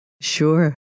Sure